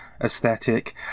aesthetic